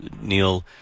neil